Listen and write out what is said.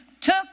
took